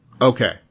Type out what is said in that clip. Okay